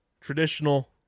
traditional